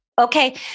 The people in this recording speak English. Okay